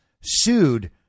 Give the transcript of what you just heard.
sued